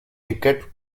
ticket